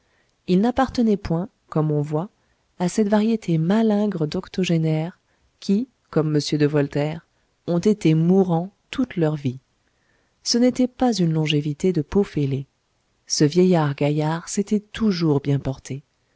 il n'appartenait point comme on voit à cette variété malingre d'octogénaires qui comme m de voltaire ont été mourants toute leur vie ce n'était pas une longévité de pot fêlé ce vieillard gaillard s'était toujours bien porté